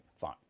fine